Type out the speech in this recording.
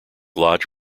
lodge